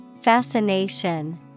Fascination